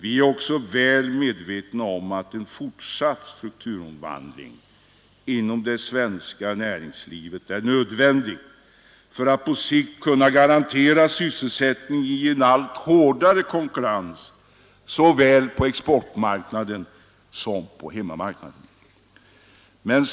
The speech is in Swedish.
Vi är också väl medvetna om att en fortsatt strukturomvandling inom det svenska näringslivet är nödvändig för att vi på sikt skall kunna garantera sysselsättning i en allt hårdare konkurrens såväl på exportmarknaden som på hemmamarknaden.